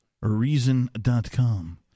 Reason.com